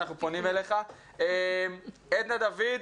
עדנה דוד,